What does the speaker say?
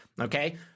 Okay